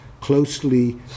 closely